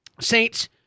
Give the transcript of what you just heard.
Saints